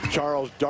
Charles